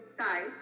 sky